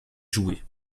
joués